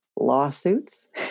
Lawsuits